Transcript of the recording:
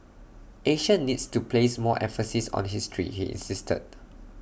Asia needs to place more emphasis on history he insisted